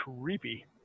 creepy